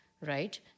right